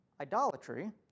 idolatry